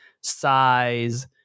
size